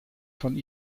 von